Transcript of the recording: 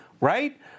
right